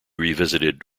revisited